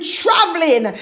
traveling